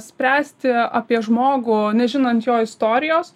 spręsti apie žmogų nežinant jo istorijos